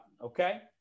Okay